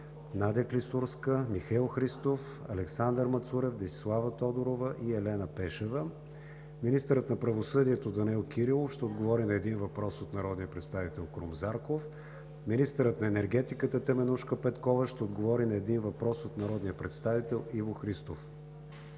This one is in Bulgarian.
Надя Клисурска, Михаил Христов, Александър Мацурев, Десислава Тодорова и Елена Пешева. 3. Министърът на правосъдието Данаил Кирилов ще отговори на един въпрос от народния представител Крум Зарков. 4. Министърът на енергетиката Теменужка Петкова ще отговори на един въпрос от народния представител Иво Христов.